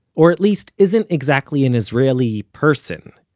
or at least isn't exactly an israeli person.